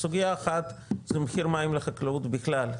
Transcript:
סוגייה אחת זה מחיר מים לחקלאות בכלל,